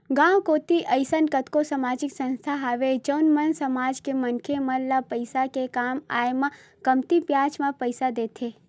गाँव कोती अइसन कतको समाजिक संस्था हवय जउन मन समाज के मनखे मन ल पइसा के काम आय म कमती बियाज म पइसा देथे